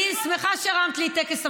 אני שמחה שהרמת לי את טקס המשואות.